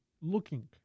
looking